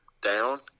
down